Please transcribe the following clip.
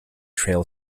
trail